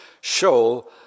show